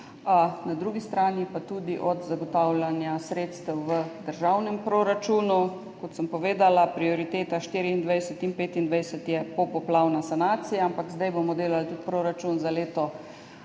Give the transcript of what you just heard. na drugi strani pa tudi od zagotavljanja sredstev v državnem proračunu, kot sem povedala, prioriteta 2024 in 2025 je popoplavna sanacija, ampak zdaj bomo delali tudi proračun za leto